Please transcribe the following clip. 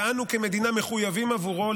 ואנו כמדינה מחויבים לו,